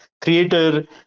creator